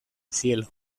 cielo